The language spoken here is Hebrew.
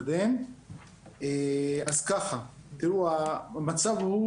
אז ככה, תראו, המצב הוא